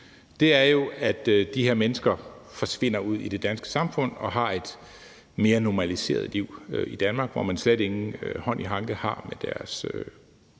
er jo, at de her mennesker forsvinder ud i det danske samfund og har et mere normaliseret liv i Danmark, hvor man slet ingen hånd i hanke har med deres